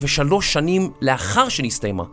ושלוש שנים לאחר שנסתיימה